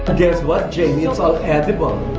but guess what jamie, is all edible